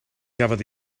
gafodd